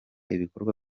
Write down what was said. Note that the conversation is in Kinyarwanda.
ibikorwa